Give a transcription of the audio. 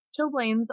Chillblains